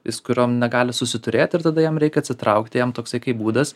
jis kuriom negali susiturėti ir tada jam reikia atsitraukti jam toksai kaip būdas